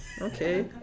Okay